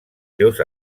seus